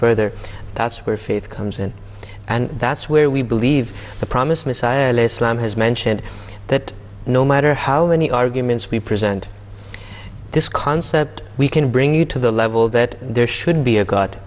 further that's where faith comes in and that's where we believe the promised messiah has mentioned that no matter how many arguments we present this concept we can bring you to the level that there should be a god